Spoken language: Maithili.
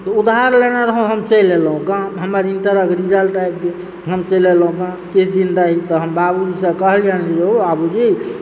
तऽ उधार लेने रहौ हम चलि एलहुँ गाम हमर इंटरके रिज़ल्ट आबि गेल हम चलि एलहुँ गाम किछु दिन रही हम बाबूजीसंँ कहलिएन यौ बाबूजी